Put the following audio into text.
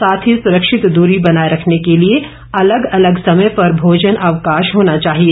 साथ ही सुरक्षित दूरी बनाए रखने के लिए अलग अलग समय पर भोजन अवकाश होना चाहिए